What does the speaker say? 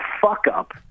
fuck-up